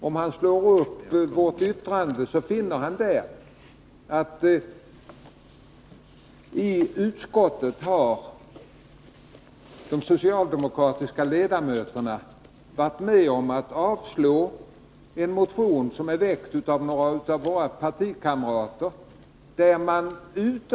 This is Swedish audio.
Om han slår upp vårt yttrande finner han att de socialdemokratiska ledamöterna i utskottet har varit med om att yrka avslag på en reservation, väckt av några av våra partikamrater.